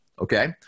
okay